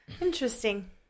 Interesting